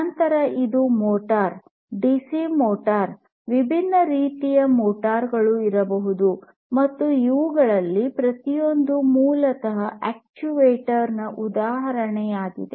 ನಂತರ ಇದು motor DC motor ವಿಭಿನ್ನ ರೀತಿಯ ಮೋಟಾರ್ ಗಳು ಇರಬಹುದು ಮತ್ತು ಇವುಗಳಲ್ಲಿ ಪ್ರತಿಯೊಂದೂ ಮೂಲತಃ ಅಕ್ಚುಯೇಟರ್ ನ ಉದಾಹರಣೆಯಾಗಿದೆ